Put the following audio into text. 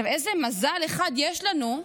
מזל אחד יש לנו,